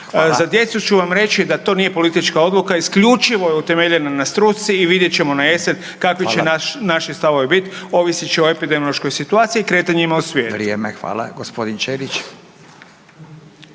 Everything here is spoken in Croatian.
Za djecu ću vam reći da to nije politička odluka isključivo je utemeljena na struci i vidjet ćemo na jesen …/Upadica: Hvala./… kakvi će naši stavovi biti ovisit će o epidemiološkoj situaciji i kretanjima u svijetu.